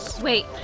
Wait